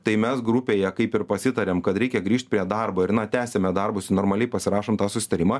tai mes grupėje kaip ir pasitarėm kad reikia grįžt prie darbo ir na tęsiame darbus į normali pasirašant tą susitarimą